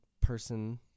person